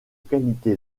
qualité